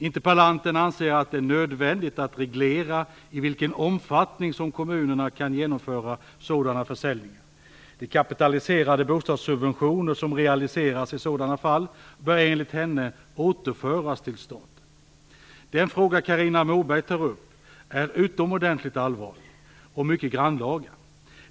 Interpellanten anser att det är nödvändigt att reglera i vilken omfattning som kommunerna kan genomföra sådana försäljningar. De kapitaliserade bostadssubventioner som realiseras i sådan fall bör enligt henne återföras till staten. Den fråga Carina Moberg tar upp är utomordentligt allvarlig - och mycket grannlaga.